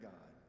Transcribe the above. God